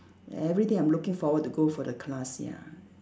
everyday I'm looking forward to go for the class ya